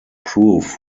proof